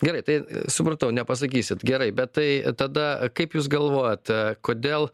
gerai tai supratau nepasakysit gerai bet tai tada kaip jūs galvojat kodėl